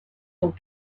ont